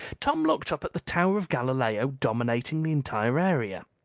tom looked up at the tower of galileo dominating the entire area.